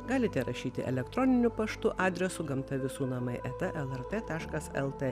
galite rašyti elektroniniu paštu adresu gamta visų namai eta lrt taškas lt